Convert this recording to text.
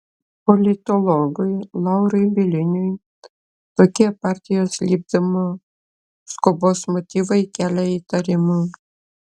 politologui laurui bieliniui tokie partijos lipdymo skubos motyvai kelia įtarimų